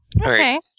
Okay